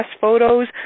photos